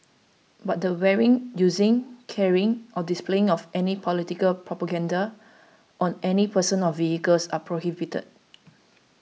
but the wearing using carrying or displaying of any political propaganda on any person or vehicles are prohibited